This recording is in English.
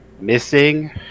missing